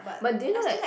but do you know that